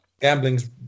gambling's